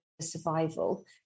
survival